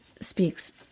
speaks